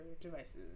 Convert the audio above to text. devices